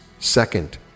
second